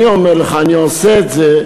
אני אומר לך, אני עושה את זה,